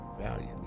values